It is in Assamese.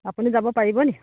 আপুনি যাব পাৰিব নি